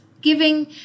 giving